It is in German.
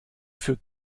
für